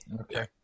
Okay